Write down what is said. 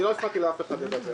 אני לא הפרעתי לאף אחד לדבר.